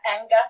anger